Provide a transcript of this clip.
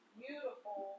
beautiful